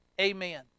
Amen